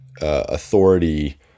authority